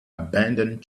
abandoned